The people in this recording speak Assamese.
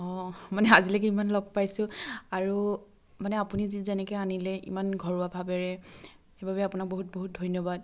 অঁ মানে আজিলৈকে ইমান লগ পাইছোঁ আৰু মানে আপুনি যি যেনেকৈ আনিলে ইমান ঘৰুৱা ভাৱেৰে সেইবাবে আপোনাক বহুত বহুত ধন্যবাদ